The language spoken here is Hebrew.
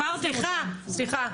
סליחה.